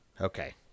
okay